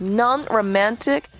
non-romantic